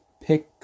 pick